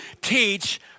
teach